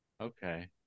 okay